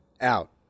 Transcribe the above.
out